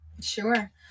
Sure